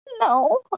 no